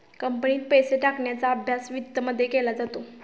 कंपनीत पैसे टाकण्याचा अभ्यास वित्तमध्ये केला जातो